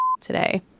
today